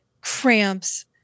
cramps